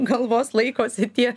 galvos laikosi tie